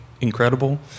incredible